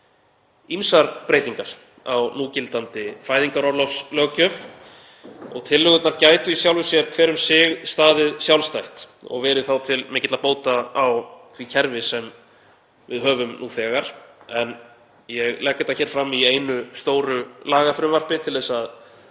ýmsar breytingar á núgildandi fæðingarorlofslöggjöf og tillögurnar gætu í sjálfu sér hver um sig staðið sjálfstætt og verið þá til mikilla bóta á því kerfi sem við höfum nú þegar. Ég legg þetta hér fram í einu stóru lagafrumvarpi til að